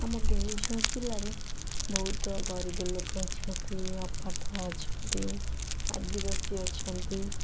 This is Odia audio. ଆମ କେଉଁଝର ଜିଲ୍ଲାରେ ବହୁତ ଗରିବଲୋକ ଅଛନ୍ତି ଅପାଠୁଆ ଅଛନ୍ତି ଆଦିବାସୀ ଅଛନ୍ତି